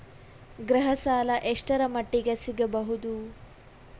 ಗೃಹ ಸಾಲ ಎಷ್ಟರ ಮಟ್ಟಿಗ ಸಿಗಬಹುದು?